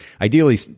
Ideally